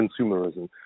consumerism